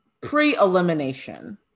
Pre-elimination